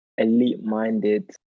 elite-minded